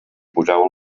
poseu